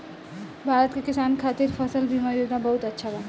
भारत के किसान खातिर फसल बीमा योजना बहुत अच्छा बा